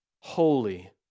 holy